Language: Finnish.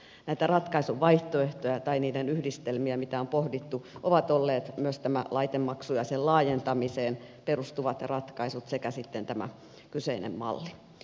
näitä ratkaisuvaihtoehtoja tai niiden yhdistelmiä mitä on pohdittu ovat olleet myös tämä laitemaksu ja sen laajentamiseen perustuvat ratkaisut sekä sitten tämä kyseinen malli